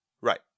Right